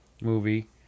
movie